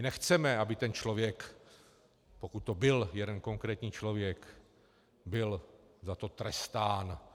Nechceme, aby ten člověk, pokud to byl jeden konkrétní člověk, byl za to trestán.